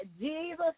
Jesus